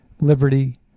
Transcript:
liberty